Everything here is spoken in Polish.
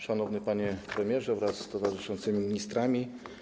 Szanowny Panie Premierze wraz z Towarzyszącymi Ministrami!